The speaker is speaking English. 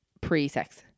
pre-sex